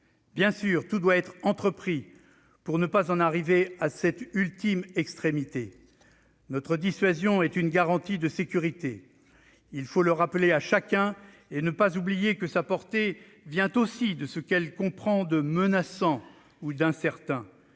Bien sûr, tout doit être entrepris pour ne pas en arriver à cette ultime extrémité. Notre dissuasion est une garantie de sécurité. Il faut le rappeler à chacun et ne pas oublier que sa portée vient aussi de ce qu'elle comprend de menaçant ou d'incertain.